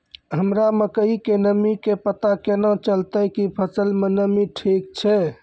हमरा मकई के नमी के पता केना चलतै कि फसल मे नमी ठीक छै?